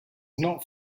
not